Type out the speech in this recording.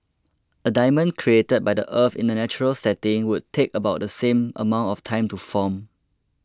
a diamond created by the earth in a natural setting would take about the same amount of time to form